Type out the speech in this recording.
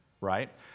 right